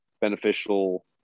beneficial